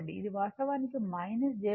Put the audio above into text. ఇది వాస్తవానికి j ω C